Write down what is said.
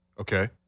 Okay